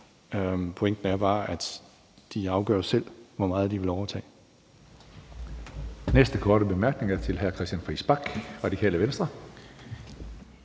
Pointen er bare, at de selv afgør, hvor meget de vil overtage.